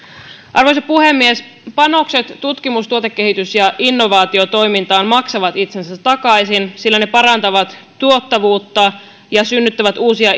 arvoisa puhemies panokset tutkimus tuotekehitys ja innovaatiotoimintaan maksavat itsensä takaisin sillä ne parantavat tuottavuutta ja synnyttävät uusia